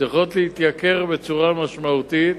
צריכות להתייקר בצורה משמעותית,